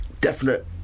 definite